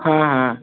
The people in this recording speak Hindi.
हाँ हाँ